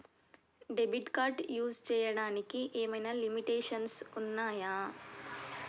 Debit card use చేయడానికి ఏమైనా limitations ఉన్నాయా?